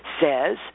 says